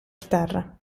chitarra